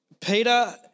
Peter